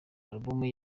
album